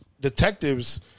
detectives